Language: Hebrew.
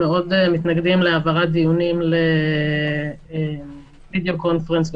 מאוד מתנגדים להעברת דיונים לווידיאו קונפרנס,